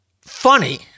funny